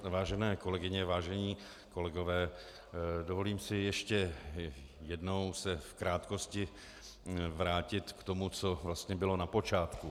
Vážené kolegyně, vážení kolegové, dovolím si ještě jednou se v krátkosti vrátit k tomu, co vlastně bylo na počátku.